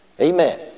Amen